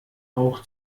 auch